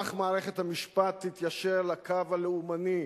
כך מערכת המשפט תתיישר לקו הלאומני,